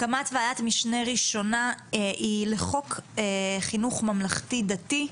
הקמת ועדת משנה ראשונה היא לחוק חינוך ממלכתי דתי.